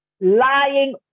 lying